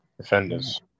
Defenders